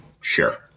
Sure